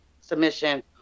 submission